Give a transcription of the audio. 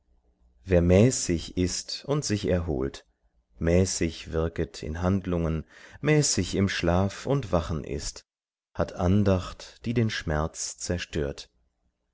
wer mäßig ißt und sich erholt mäßig wirket in handlungen mäßig im schlaf und wachen ist hat andacht die den schmerz zerstört